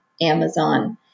Amazon